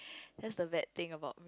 that's the bad thing about